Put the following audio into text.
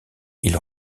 ils